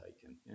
taken